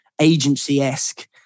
agency-esque